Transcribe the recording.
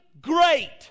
great